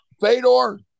Fedor